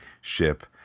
ship